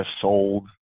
sold